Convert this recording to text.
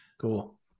Cool